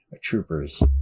troopers